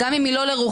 גם אם היא לא לרוחנו,